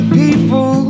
people